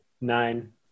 Nine